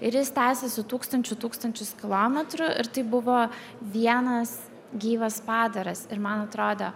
ir jis tęsėsi tūkstančių tūkstančius kilometrų ir tai buvo vienas gyvas padaras ir man atrodė